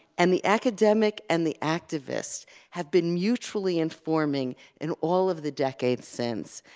and the academic and the activist have been mutually informing in all of the decades since.